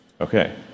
Okay